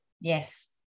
yes